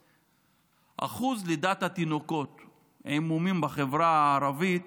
אחוז לידת התינוקות עם מומים בחברה הערבית